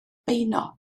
beuno